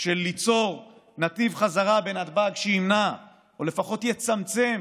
של ליצור נתיב חזרה בנתב"ג שימנע או לפחות יצמצם